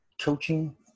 coaching